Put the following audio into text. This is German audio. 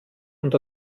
und